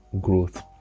growth